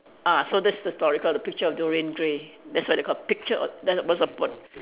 ah so this is the story call the picture of Dorian Gray that's why they call picture of there was a port~